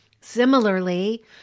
Similarly